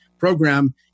program